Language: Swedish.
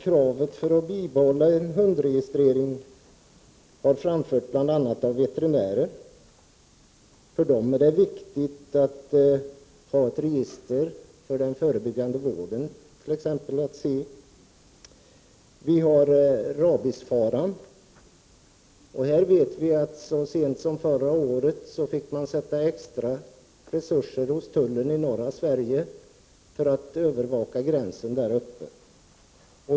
Kravet om ett bibehållande av hundregistreringen har framförts bl.a. av veterinärer; för dem är det viktigt att ha ett register med tanke på den förebyggande vården — jag tänker t.ex. på rabiesfaran. Så sent som förra året fick man sätta in extra resurser hos tullen i norra Sverige för att övervaka gränsen där.